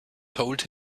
told